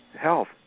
health